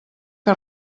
que